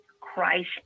Christ